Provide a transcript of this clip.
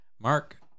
Mark